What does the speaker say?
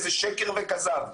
זה שקר וכזב.